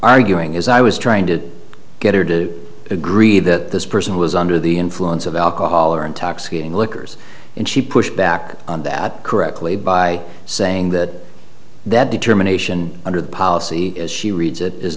arguing is i was trying to get her to agree that this person was under the influence of alcohol or intoxicating liquors and she pushed back on that correctly by saying that that determination under the policy as she reads it is